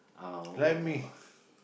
uh